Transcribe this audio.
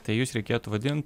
tai jus reikėtų vadint